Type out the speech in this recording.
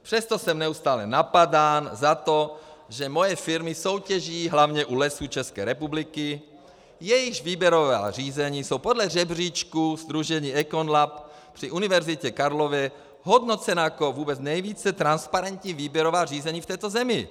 Přesto jsem neustále napadán za to, že moje firmy soutěží hlavně u Lesů České republiky, jejichž výběrová řízení jsou podle žebříčku sdružení EconLab při Univerzitě Karlově hodnocena jako vůbec nejvíce transparentní výběrová řízení v této zemi.